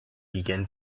begin